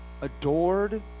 adored